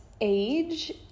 age